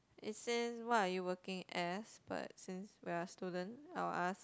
it says what are you working as but since we are student I will ask